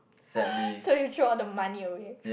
so you threw all the money away